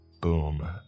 Boom